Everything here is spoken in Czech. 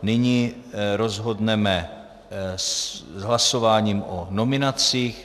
Nyní rozhodneme hlasováním o nominacích.